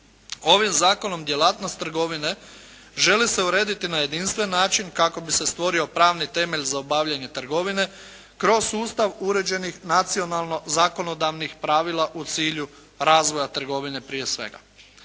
Ovim zakonom djelatnost trgovine želi se urediti na jedinstveni način kako bi se stvorio pravni temelj za obavljanje trgovine kroz sustav uređenih nacionalno zakonodavnih pravila u cilju razvoja trgovine prije svega.